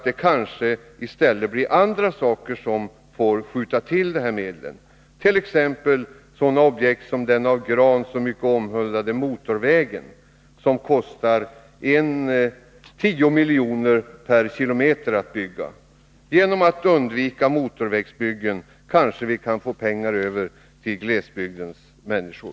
Det finns andra områden som borde kunna skjuta till de här medlen, t.ex. sådana objekt som den av Olle Grahn så mycket omhuldade motorvägen, som kostar 10 miljoner per kilometer att bygga. Genom att undvika motorvägsbyggen kanske vi kan få pengar över till glesbygdens människor.